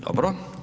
Dobro.